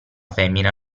femmina